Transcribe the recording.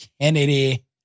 Kennedy